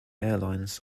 airlines